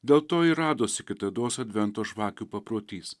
dėl to ir radosi kitados advento žvakių paprotys